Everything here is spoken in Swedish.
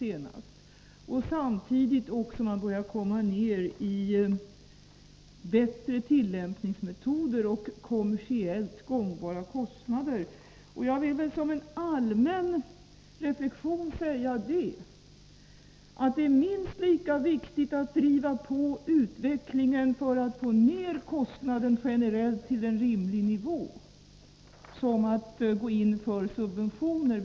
Samtidigt börjar man komma fram till bättre tillämpningsmetoder och ned i kommersiellt gångbara kostnader. Jag vill som en allmän reflexion säga att det är minst lika viktigt att vi driver på utvecklingen för att generellt få ned kostnaden till en rimlig nivå som att gå in för subventioner.